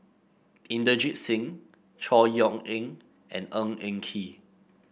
Inderjit Singh Chor Yeok Eng and Ng Eng Kee